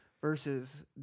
versus